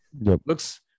Looks